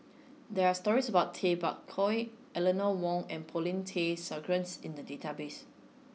there are stories about Tay Bak Koi Eleanor Wong and Paulin Tay Straughan in the database